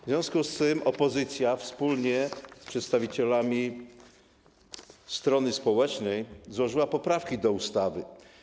W związku z tym opozycja wspólnie z przedstawicielami strony społecznej złożyła poprawki do ustawy.